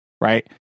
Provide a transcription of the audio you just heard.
right